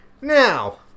Now